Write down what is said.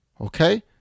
Okay